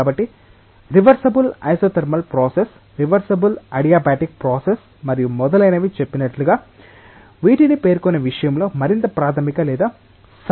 కాబట్టి reversible isothermal process reversible adiabatic process మరియు మొదలైనవి చెప్పినట్లుగా వీటిని పేర్కొనే విషయంలో మరింత ప్రాథమిక లేదా సరైన నిర్వచనాలు ఉన్నాయి